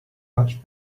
much